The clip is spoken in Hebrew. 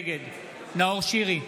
נגד נאור שירי,